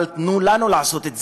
אבל תנו לנו לעשות את זה.